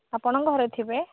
ଆପଣ ଘରେ ଥିବେ